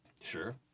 Sure